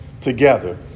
Together